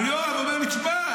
אבל יואב אומר לי: תשמע,